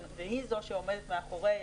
והיא זאת שעומדת מאחורי